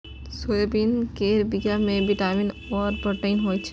soybean केर बीया मे बिटामिन आर प्रोटीन होई छै